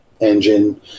engine